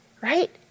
right